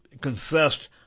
confessed